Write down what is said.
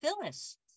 Phyllis